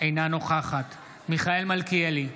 אינה נוכחת מיכאל מלכיאלי,